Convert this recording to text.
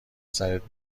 سرت